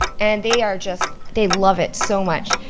and they are just, they love it so much.